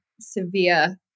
severe